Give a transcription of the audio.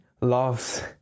loves